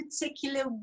particular